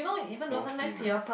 small scene lah